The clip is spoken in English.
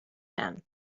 man